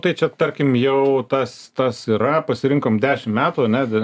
tai čia tarkim jau tas tas yra pasirinkom dešimt metų ane